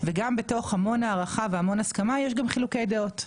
וגם בתוך המון הערכה והמון הסכמה יש גם חילוקי דעות,